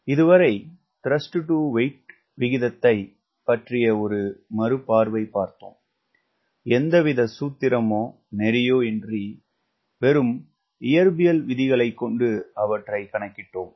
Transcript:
இதுவரை thrust to weight விகிதத்தைப் பற்றி ஒரு மறுபார்வை பார்த்தோம் எந்தவித சூத்திரமோ நெறியோ இன்றி இயற்பியல் விதிகளைக் கொண்டு அவற்றைக் கணக்கிட்டோம்